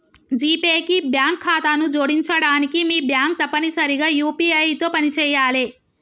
GPay కి bank ఖాతాను జోడించడానికి మీ బ్యాంక్ తప్పనిసరిగా యూ.పీ.ఐ తో పనిచేయాలే